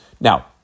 Now